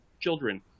children